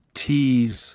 tea's